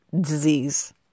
disease